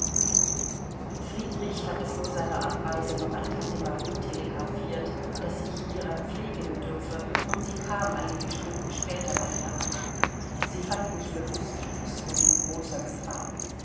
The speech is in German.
friedrich hatte vor seiner abreise noch an tante marie telegraphiert daß ich ihrer pflege bedürfe und sie kam einige stunden später bei mir an sie fand mich bewußtlos und in großer gefahr